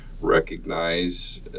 recognize